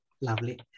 Lovely